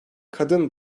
kadın